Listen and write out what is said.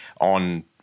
on